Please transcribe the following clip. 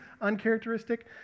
uncharacteristic